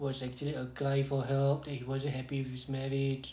was actually a cry for help then he wasn't happy with his marriage